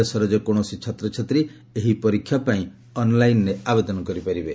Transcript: ଦେଶର ଯେକୌଣସି ଛାତ୍ରଛାତ୍ରୀ ଏହି ପରୀକ୍ଷା ପାଇଁ ଅନ୍ଲାଇନ୍ ଆବେଦନ କରିପାରିବେ